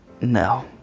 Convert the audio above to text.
no